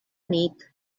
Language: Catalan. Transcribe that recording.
nit